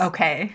Okay